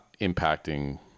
impacting